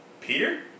Peter